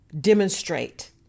demonstrate